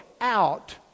out